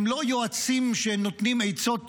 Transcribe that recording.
הם לא יועצים שנותנים עצות